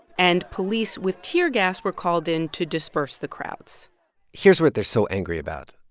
and police with tear gas were called in to disperse the crowds here's what they're so angry about.